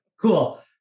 Cool